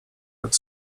jak